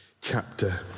chapter